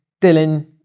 Dylan